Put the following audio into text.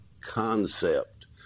concept